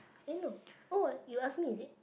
eh no oh what you ask me is it